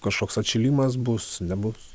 kažkoks atšilimas bus nebus